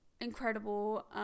incredible